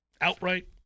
Outright